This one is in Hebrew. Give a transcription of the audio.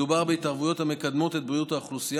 מדובר בהתערבויות המקדמות את בריאות האוכלוסייה